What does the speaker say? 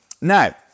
Now